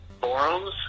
forums